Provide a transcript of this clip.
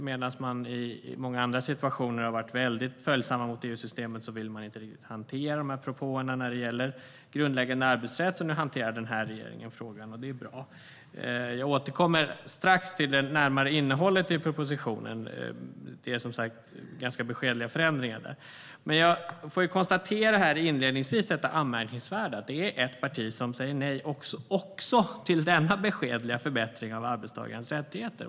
Medan man i många andra situationer var väldigt följsam mot EU-systemet ville man inte riktigt hantera de här propåerna gällande grundläggande arbetsrätt. Nu hanterar den här regeringen frågan, och det är bra. Jag återkommer strax närmare till innehållet i propositionen. Det är som sagt ganska beskedliga förändringar. Först får jag konstatera det anmärkningsvärda i att det är ett parti som säger nej till och med till denna beskedliga förbättring av arbetstagarens rättigheter.